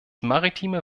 maritime